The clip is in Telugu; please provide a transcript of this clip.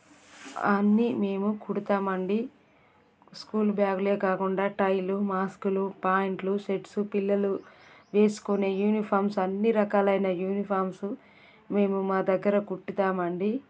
అన్నీ మేము కుడుతామండి స్కూల్ బ్యాగులే కాకుండా టైలు మాస్కులు పాయింట్లు షర్ట్సు పిల్లలు వేసుకునే యూనిఫామ్స్ అన్నీ రకాలైన యూనిఫామ్సు మేము మా దగ్గర కుట్టుతామండీ